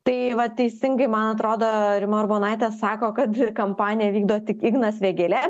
tai va teisingai man atrodo rima urbonaitė sako kad kampaniją vykdo tik ignas vėgėlė